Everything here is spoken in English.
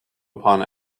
upon